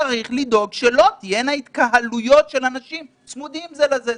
צריך לדאוג שלא תהיינה התקהלויות של אנשים צמודים זה לזה.